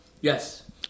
Yes